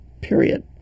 period